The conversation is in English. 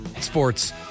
Sports